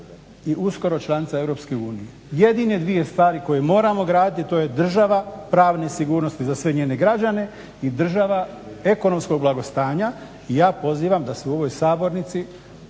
i uskoro članica EU. Jedine dvije stvari koje moramo graditi to je država pravne sigurnosti za sve njegove građane i država ekonomskog blagostanja. Ja pozivam da se u ovoj Sabornici,